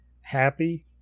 happy